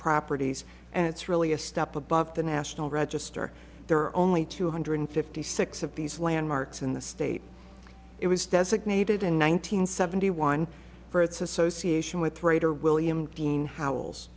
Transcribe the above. properties and it's really a step above the national register there are only two hundred fifty six of these landmarks in the state it was designated in one nine hundred seventy one for its association with writer william deane how